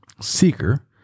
seeker